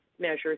measures